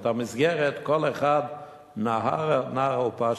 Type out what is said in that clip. את המסגרת, כל אחד נהרא נהרא ופשטיה,